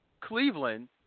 Cleveland